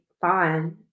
fine